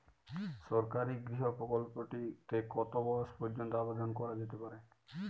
সরকারি গৃহ প্রকল্পটি তে কত বয়স পর্যন্ত আবেদন করা যেতে পারে?